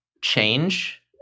change